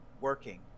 working